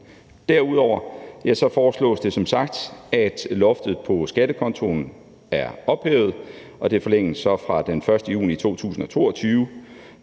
Derudover foreslås det, at perioden, hvor loftet på skattekontoen er ophævet, forlænges fra den 1. juni 2022